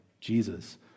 Jesus